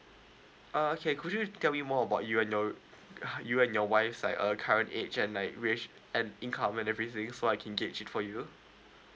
uh okay could you tell me more about you and your you and your wife like uh current age and like wage and incoming and everything so I can gauge it for you